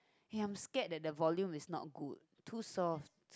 eh I'm scared that the volume is not good too soft